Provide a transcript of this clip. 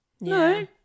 No